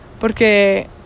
porque